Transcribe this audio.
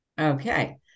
Okay